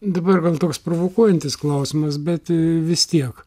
dabar gal toks provokuojantis klausimas bet vis tiek